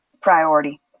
priority